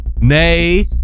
Nay